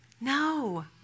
No